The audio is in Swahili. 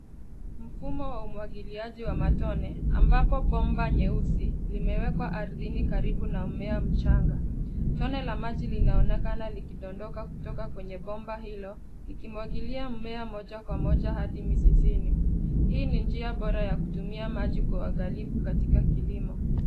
Mfumo wa umwagiliaji wa matone, ambapo bomba nyeusi limewekwa ardhini karibu na mmea mchanga. Tone la maji linaonekana likidondoka kutoka kwenye bomba hilo, lilimwagilia mmea moja kwa moja hadi mizizini. Hii ni njia bora ya kutumia maji kwa uangalifu katika kilimo.